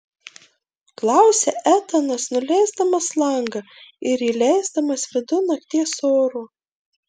klausia etanas nuleisdamas langą ir įleisdamas vidun nakties oro